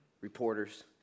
reporters